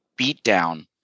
beatdown